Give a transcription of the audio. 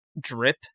drip